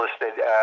listed